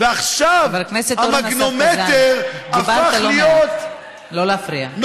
חבר הכנסת אורן אסף חזן, דיברת, לא להפריע.